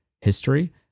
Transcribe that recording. history